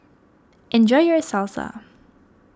enjoy your Salsa